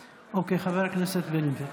אוקיי, חבר הכנסת בן גביר.